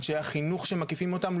אנשי החינוך שמקיפים אותם,